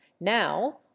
now